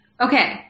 Okay